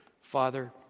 Father